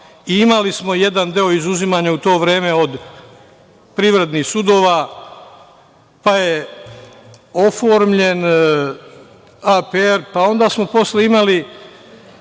smo jedan deo izuzimanja u to vreme od privrednih sudova, pa je oformljen APR, pa onda smo posle imali